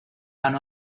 ganó